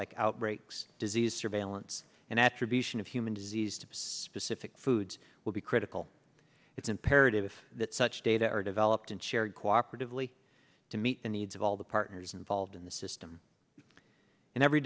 like outbreaks disease surveillance and attribution of human disease to specific foods will be critical it's imperative that such data are developed and shared cooperatively to meet the needs of all the partners involved in the system and every